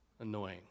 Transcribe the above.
annoying